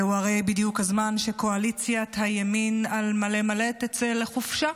זהו הרי בדיוק הזמן שקואליציית הימין על מלא מלא תצא לחופשה.